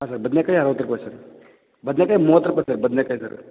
ಹಾಂ ಸರ್ ಬದನೆಕಾಯಿ ಅರುವತ್ತು ರೂಪಾಯಿ ಸರ್ ಬದನೆಕಾಯಿ ಮೂವತ್ತು ರೂಪಾಯಿ ಸರ್ ಬದ್ನೇಕಾಯಿ ಸರ್